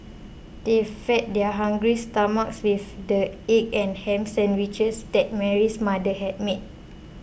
they fed their hungry stomachs with the egg and ham sandwiches that Mary's mother had made